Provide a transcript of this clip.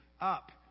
up